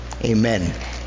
Amen